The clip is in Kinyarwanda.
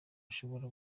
ushobora